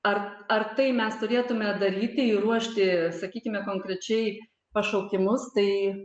ar ar tai mes turėtume daryti ir ruošti sakykime konkrečiai pašaukimus tai